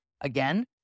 Again